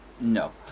No